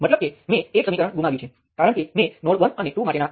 તેથી આ કેસ થોડો વધુ જટિલ છે અને અહીં હું તેની સાથે લઈ શકીશ નહીં